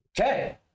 Okay